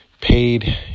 paid